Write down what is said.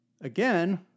again